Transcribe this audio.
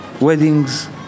weddings